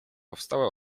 powstałe